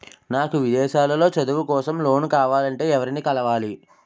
నాకు విదేశాలలో చదువు కోసం లోన్ కావాలంటే ఎవరిని కలవాలి?